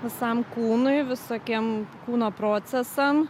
visam kūnui visokiem kūno procesam